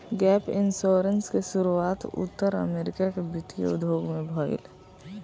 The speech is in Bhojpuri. गैप इंश्योरेंस के शुरुआत उत्तर अमेरिका के वित्तीय उद्योग में भईल